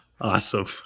Awesome